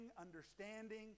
understanding